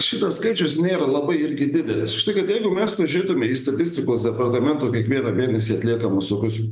šitas skaičius nėra labai irgi didelis štai kad jeigu mes užeitume į statistikos departamento kiekvieną mėnesį atliekamus tokius